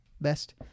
best